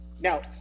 Now